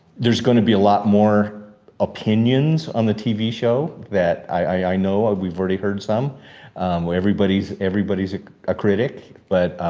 there's gonna be a lot more opinions on the tv show that i know we've already heard some where everybody is everybody is a critic. but,